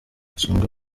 isonga